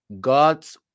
god's